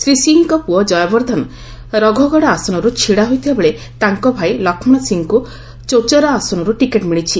ଶ୍ରୀ ସିଂଙ୍କ ପୁଅ ଜୟବର୍ଦ୍ଧନ ରଘୋଗଡ଼ ଆସନରୁ ଛିଡ଼ା ହୋଇଥିବାବେଳେ ତାଙ୍କ ଭାଇ ଲକ୍ଷ୍ମଣ ସିଂଙ୍କୁ ଚଚୌରା ଆସନରୁ ଟିକେଟ୍ ମିଳିଛି